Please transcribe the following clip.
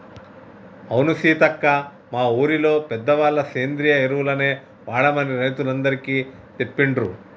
అవును సీతక్క మా ఊరిలో పెద్దవాళ్ళ సేంద్రియ ఎరువులనే వాడమని రైతులందికీ సెప్పిండ్రు